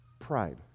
pride